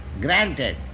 granted